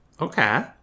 Okay